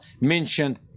mentioned